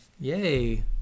Yay